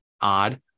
odd